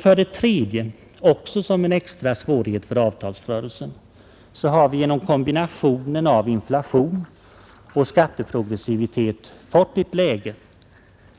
För det tredje, som en extra svårighet för avtalsrörelsen, har vi genom kombinationen av inflation och skatteprogressivitet fått ett läge,